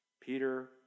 Peter